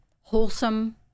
wholesome